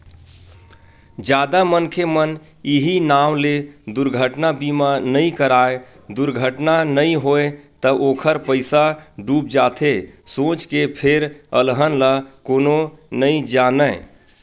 जादा मनखे मन इहीं नांव ले दुरघटना बीमा नइ कराय दुरघटना नइ होय त ओखर पइसा डूब जाथे सोच के फेर अलहन ल कोनो नइ जानय